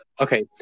Okay